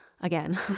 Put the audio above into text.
Again